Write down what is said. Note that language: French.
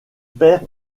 père